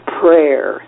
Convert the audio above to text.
prayer